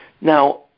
Now